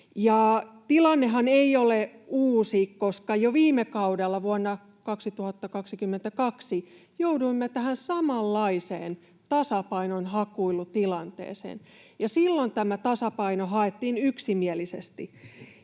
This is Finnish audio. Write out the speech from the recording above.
Tilannehan ei ole uusi, koska jo viime kaudella, vuonna 2022, jouduimme tähän samanlaiseen tasapainon hakuilutilanteeseen, ja silloin tämä tasapaino haettiin yksimielisesti.